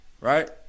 right